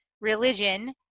religion